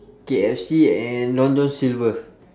K_F_C and long john silver